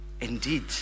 indeed